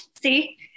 See